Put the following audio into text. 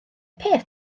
peth